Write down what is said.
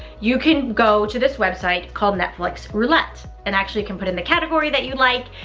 you can go to this website called netflix roulette and actually can put in the category that you like,